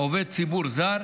עובד ציבור זר,